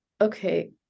Okay